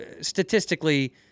statistically